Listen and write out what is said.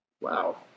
Wow